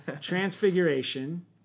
transfiguration